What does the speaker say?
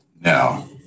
No